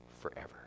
forever